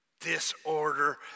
disorder